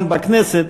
בכנסת,